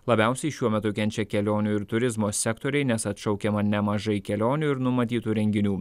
labiausiai šiuo metu kenčia kelionių ir turizmo sektoriai nes atšaukiama nemažai kelionių ir numatytų renginių